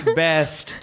best